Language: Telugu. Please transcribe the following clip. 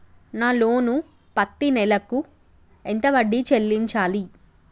నా లోను పత్తి నెల కు ఎంత వడ్డీ చెల్లించాలి?